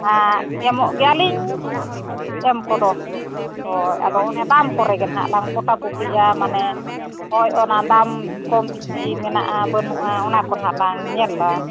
ᱟᱨ ᱮᱢᱚᱜ ᱜᱮᱭᱟᱞᱤᱧ ᱮᱢ ᱠᱚᱫᱚ ᱦᱳᱭ ᱟᱫᱚ ᱚᱱᱮ ᱫᱟᱢ ᱠᱚᱨᱮ ᱜᱮ ᱦᱟᱸᱜ ᱞᱟᱝ ᱯᱚᱴᱟ ᱯᱚᱴᱤᱜᱼᱟ ᱢᱟᱱᱮ ᱦᱳᱭ ᱚᱱᱟ ᱫᱟᱢ ᱠᱚᱢ ᱵᱮᱥᱤ ᱢᱮᱱᱟᱜᱼᱟ ᱵᱟᱹᱱᱩᱜᱼᱟ ᱚᱱᱟ ᱠᱚ ᱦᱟᱸᱜ ᱞᱟᱝ ᱧᱮᱞᱼᱟ